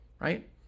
Right